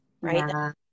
Right